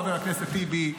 חבר הכנסת טיבי,